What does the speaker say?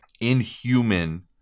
inhuman